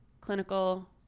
clinical